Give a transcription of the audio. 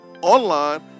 online